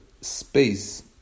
space